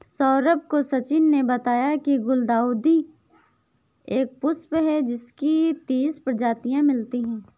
सौरभ को सचिन ने बताया की गुलदाउदी एक पुष्प है जिसकी तीस प्रजातियां मिलती है